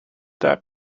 that